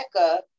up